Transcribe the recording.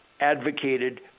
advocated